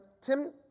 Tim